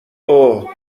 اوه